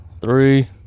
three